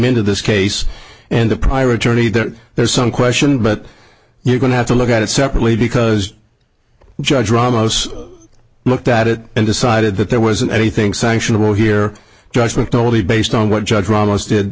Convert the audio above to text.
into this case and the prior attorney that there's some question but you're going to have to look at it separately because judge ramos looked at it and decided that there wasn't anything sanctionable here judgment only based on what judge ramos did